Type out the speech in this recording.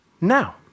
now